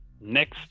next